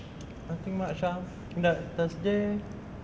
nothing much lah dah thursday